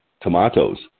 tomatoes